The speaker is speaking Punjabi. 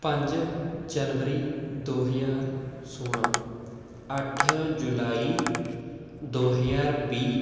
ਪੰਜ ਜਨਵਰੀ ਦੋ ਹਜ਼ਾਰ ਸੋਲ੍ਹਾਂ ਅੱਠ ਜੁਲਾਈ ਦੋ ਹਜ਼ਾਰ ਵੀਹ